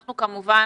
אנחנו כמובן